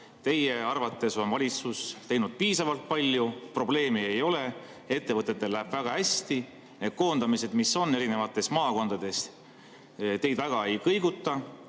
Teie arvates on valitsus teinud piisavalt palju, probleemi ei ole, ettevõtetel läheb väga hästi. Koondamised, mis on erinevates maakondades, teid väga ei kõiguta.